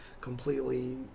completely